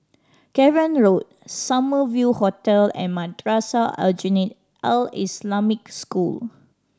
Cavan Road Summer View Hotel and Madrasah Aljunied Al Islamic School